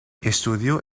estudió